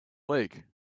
lake